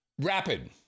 Rapid